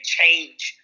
change